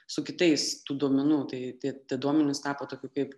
su kitais tų duomenų tai tie tie duomenys tapo tokiu kaip